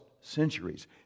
centuries